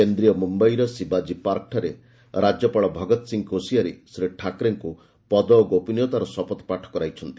କେନ୍ଦ୍ରୀୟ ମୁମ୍ୟାଇର ଶିବାଜୀ ପାର୍କଠାରେ ରାଜ୍ୟପାଳ ଭଗତ୍ ସିଂ କୋଶିଆରୀ ଶ୍ରୀ ଠାକ୍ରେଙ୍କ ପଦ ଓ ଗୋପନୀୟତାର ଶପଥପାଠ କରାଇଛନ୍ତି